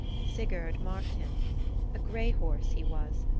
sigurd marked him a gray horse he was,